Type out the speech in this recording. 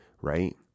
right